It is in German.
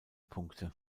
punkte